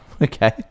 okay